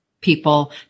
people